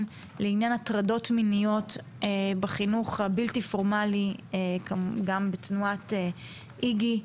לעניין הטרדות מיניות בחינוך הבלתי פורמלי גם בתנועת איג"י.